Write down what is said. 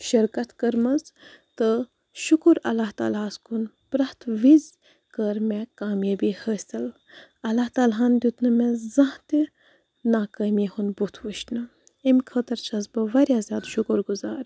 شِرکَت کٔرمٕژ تہٕ شُکُر اللہ تعالیٰ ہَس کُن پرٛیٚتھ وِزِ کٔر مےٚ کامیٲبی حٲصِل اللہ تعالیٰ ہَن دیُت نہٕ مےٚ زانٛہہ تہِ ناکٲمی ہُنٛد بُتھ وُچھنہٕ امہِ خٲطرٕ چھَس بہٕ واریاہ زیادٕ شُکُر گُزار